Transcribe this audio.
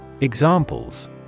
Examples